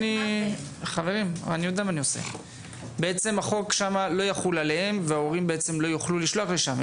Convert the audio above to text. החוק בעצם לא יחול עליהן וההורים לא יוכלו לשלוח לשם.